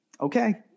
okay